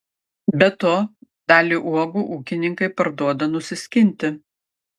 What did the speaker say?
be to dalį uogų ūkininkai parduoda nusiskinti